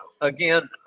again